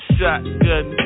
Shotgun